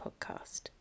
podcast